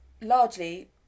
largely